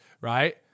right